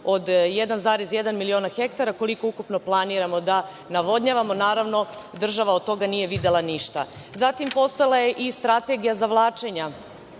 od 1,1 milion hektara, koliko ukupno planiramo da navodnjavamo. Naravno, država od toga nije videla ništa. Postojala je i strategija zavlačenja